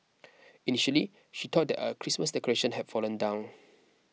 initially she thought that a Christmas decoration have fallen down